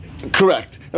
correct